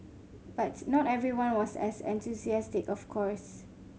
but not everyone was as enthusiastic of course